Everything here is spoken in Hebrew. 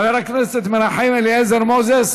חבר הכנסת מנחם אליעזר מוזס,